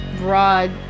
broad